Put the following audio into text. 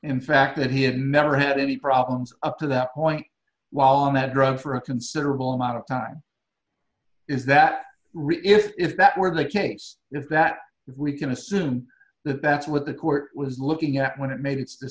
in fact that he had never had any problems up to that point while on that drug for a considerable amount of time is that if that were the case you know that we can assume that that's what the court was looking at when it made its